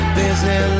busy